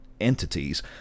entities